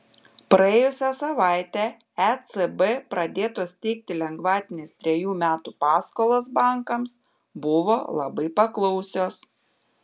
praėjusią savaitę ecb pradėtos teikti lengvatinės trejų metų paskolos bankams buvo labai paklausios